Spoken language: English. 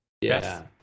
Yes